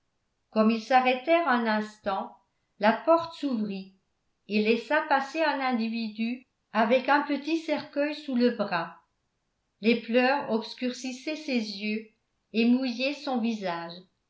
comme ils s'arrêtaient un instant la porte s'ouvrit et laissa passer un individu avec un petit cercueil sous le bras les pleurs obscurcissaient ses yeux et mouillaient son visage